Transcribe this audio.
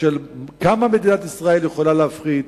כמה מדינת ישראל יכולה להפחית,